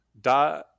da